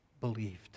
believed